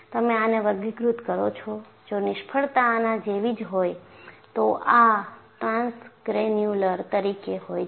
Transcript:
તમે આને વર્ગીકૃત કરો છો જો નિષ્ફળતા આના જેવી જ હોય તો આ ટ્રાન્સગ્રેન્યુલર તરીકે હોય છે